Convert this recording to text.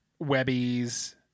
webbies